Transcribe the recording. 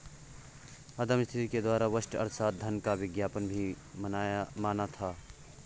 अदम Smith के द्वारा व्यष्टि अर्थशास्त्र धन का विज्ञान भी माना था